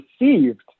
received